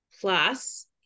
Plus